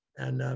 and